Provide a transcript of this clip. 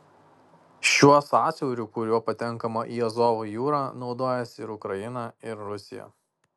šiuo sąsiauriu kuriuo patenkama į azovo jūrą naudojasi ir ukraina ir rusija